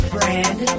Brand